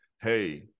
Hey